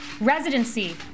residency